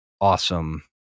awesome